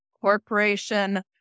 corporation